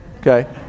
Okay